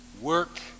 work